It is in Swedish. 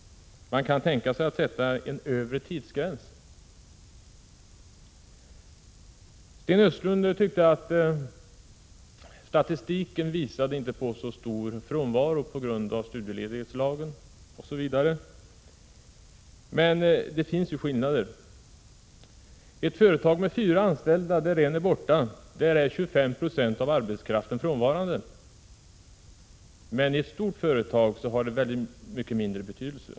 Man kan tänka sig att sätta en övre tidsgräns. Sten Östlund sade bl.a. att statistiken inte visade på särskilt stor frånvaro med stöd av studieledighetslagen. Det finns emellertid skillnader: I ett företag med fyra anställda, där en är borta, där är 25 96 av arbetskraften frånvarande. Men i ett stort företag har frånvaro mycket mindre betydelse.